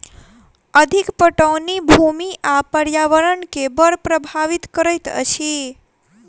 अधिक पटौनी भूमि आ पर्यावरण के बड़ प्रभावित करैत अछि